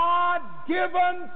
God-given